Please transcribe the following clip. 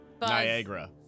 Niagara